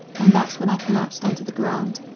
and that's when i collapsed onto the ground.